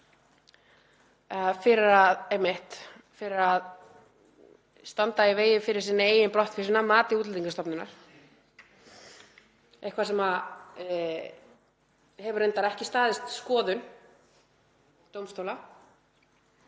fyrir að standa í vegi fyrir eigin brottvísun að mati Útlendingastofnunar, eitthvað sem hefur reyndar ekki staðist skoðun dómstóla.